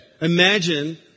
Imagine